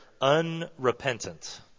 unrepentant